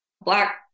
black